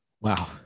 Wow